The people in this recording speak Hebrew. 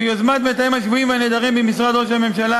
ביוזמת המתאם לענייני השבויים והנעדרים במשרד ראש הממשלה